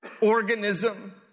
organism